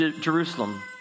Jerusalem